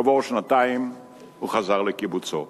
כעבור שנתיים הוא חזר לקיבוצו.